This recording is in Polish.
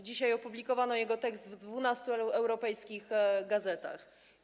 Dzisiaj opublikowano jego tekst w 12 europejskich gazetach.